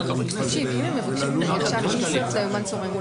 ואז יתחיל איסוף ראיות וחקירה סמויה,